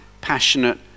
passionate